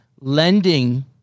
lending